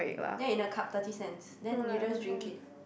ya in a cup thirty cents then you just drink it